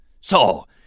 So